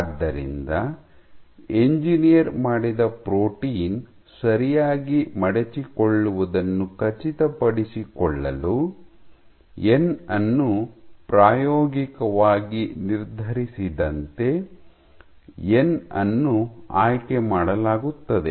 ಆದ್ದರಿಂದ ಎಂಜಿನಿಯರ್ ಮಾಡಿದ ಪ್ರೋಟೀನ್ ಸರಿಯಾಗಿ ಮಡಚಿಕೊಳ್ಳುವುದನ್ನು ಖಚಿತಪಡಿಸಿಕೊಳ್ಳಲು ಎನ್ ಅನ್ನು ಪ್ರಾಯೋಗಿಕವಾಗಿ ನಿರ್ಧರಿಸಿದಂತೆ ಎನ್ ಅನ್ನು ಆಯ್ಕೆ ಮಾಡಲಾಗುತ್ತದೆ